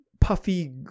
puffy